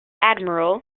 admiral